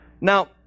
Now